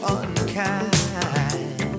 unkind